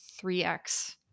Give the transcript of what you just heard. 3X